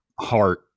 heart